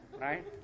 Right